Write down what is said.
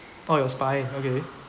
oh your spine okay